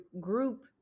group